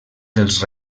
dels